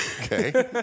Okay